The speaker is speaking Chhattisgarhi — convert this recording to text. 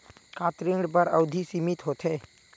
का ऋण बर अवधि सीमित होथे?